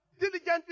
Diligently